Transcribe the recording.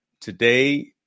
Today